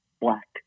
Black